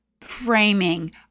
framing